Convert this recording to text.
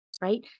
Right